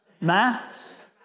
maths